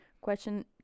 question